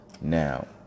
Now